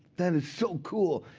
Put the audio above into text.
that is so cool.